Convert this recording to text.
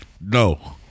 No